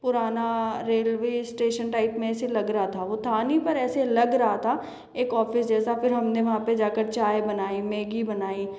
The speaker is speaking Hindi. पुराना रेलवे स्टेशन टाइप में ऐसे लग रहा था वो था नहीं पर ऐसे लग रहा था एक ऑफ़िस जैसा फिर हमने वहाँ पे जाकर चाय बनाई मेगी बनाई